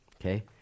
Okay